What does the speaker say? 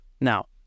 Now